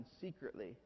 secretly